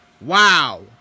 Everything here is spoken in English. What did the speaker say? Wow